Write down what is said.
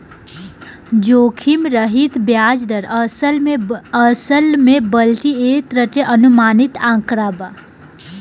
जोखिम रहित ब्याज दर, असल में बल्कि एक तरह के अनुमानित आंकड़ा बा